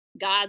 god